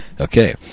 Okay